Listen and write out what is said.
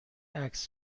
عکس